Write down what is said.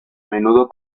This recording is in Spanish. menudo